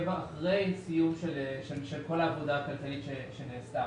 קבע אחרי סיום כל העבודה הכלכלית שנעשתה.